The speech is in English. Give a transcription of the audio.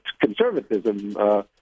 conservatism